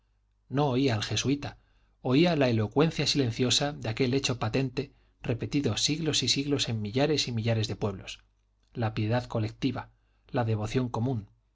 no oía al jesuita oía la elocuencia silenciosa de aquel hecho patente repetido siglos y siglos en millares y millares de pueblos la piedad colectiva la devoción común